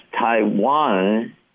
Taiwan